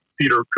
Peter